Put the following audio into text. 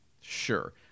Sure